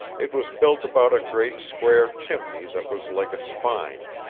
it was built about a great, square chimney that was like a spine.